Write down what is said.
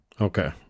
Okay